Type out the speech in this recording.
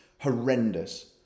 horrendous